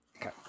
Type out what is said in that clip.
Okay